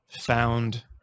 found